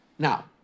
now